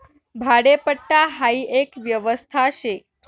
भाडेपट्टा हाई एक व्यवस्था शे